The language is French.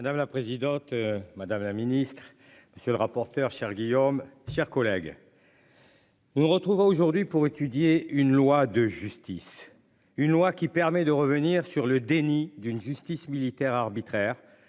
Madame la présidente. Madame la Ministre, c'est le rapporteur, Charles Guillaume, chers collègues. On retrouva aujourd'hui pour étudier une loi de justice. Une loi qui permet de revenir sur le déni d'une justice militaire arbitraire